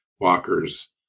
Walker's